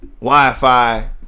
Wi-Fi